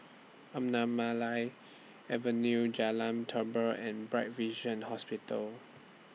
Anamalai Avenue Jalan Tambur and Bright Vision Hospital